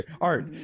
art